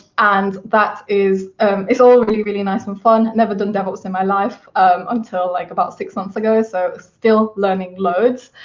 and that is it's all really, really nice and fun, never done devops in my life until like six months ago, so still learning loads.